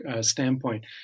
standpoint